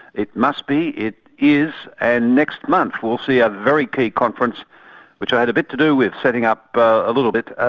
it must be, it is and next month we'll see a very key conference which i had a bit to do with setting up, but a little bit,